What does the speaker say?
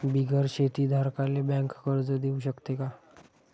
बिगर शेती धारकाले बँक कर्ज देऊ शकते का?